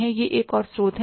तो यह एक और स्रोत है